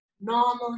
normal